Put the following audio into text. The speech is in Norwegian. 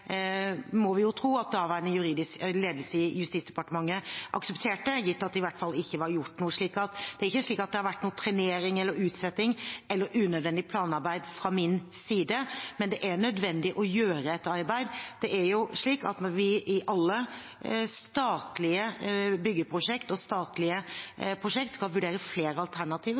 må vi jo tro at daværende ledelse i Justisdepartementet aksepterte, gitt at det i hvert fall ikke var gjort noe. Det er ikke slik at det har vært noen trenering eller utsetting eller unødvendig planarbeid fra min side, men det er nødvendig å gjøre et arbeid. Det er jo slik at vi i alle statlige byggeprosjekter og statlige prosjekter skal vurdere flere alternativer.